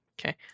okay